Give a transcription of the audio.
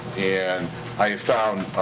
and i've found.